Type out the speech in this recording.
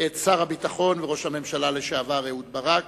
את שר הביטחון וראש הממשלה לשעבר אהוד ברק